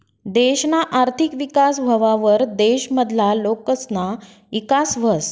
देशना आर्थिक विकास व्हवावर देश मधला लोकसना ईकास व्हस